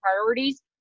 priorities